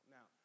Now